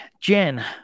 jen